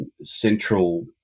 central